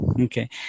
Okay